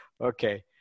Okay